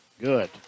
good